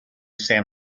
san